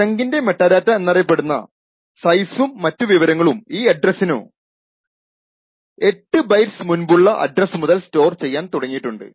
ചങ്കിന്റെ metadata എന്നറിയപ്പെടുന്ന സൈസ്ഉം മറ്റു വിവരങ്ങളും ഈ അഡ്രസ്സിനു 8 ബൈറ്റ്സ് മുൻപുള്ള അഡ്രസ് മുതൽ സ്റ്റോർ ചെയ്യാൻ തുടങ്ങിയിട്ടുണ്ട്